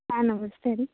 ಹಾಂ ನಮಸ್ತೆ ರೀ